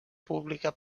pública